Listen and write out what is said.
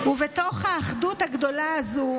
ובתוך האחדות הגדולה הזו,